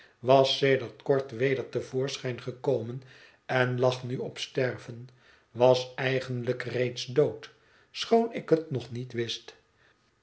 was sedert kort weder te voorschijn gekomen en lag nu op sterven was eigenlijk reeds dood schoon ik het nog niet wist